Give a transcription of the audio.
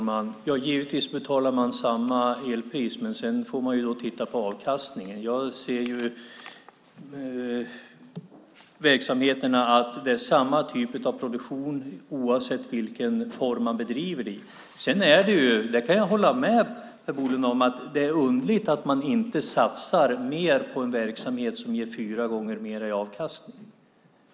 Fru talman! Man betalar givetvis samma elpris. Sedan får man titta på avkastningen. Det är samma typ av produktion oavsett i vilken form man bedriver verksamheten. Jag kan hålla med Per Bolund om att det är underligt att man inte satsar mer på en verksamhet som ger fyra gånger mer i avkastning.